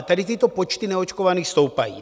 Tady tyto počty neočkovaných stoupají.